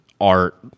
art